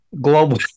Global